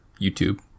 youtube